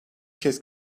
kez